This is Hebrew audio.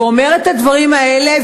ואומר את הדברים האלה,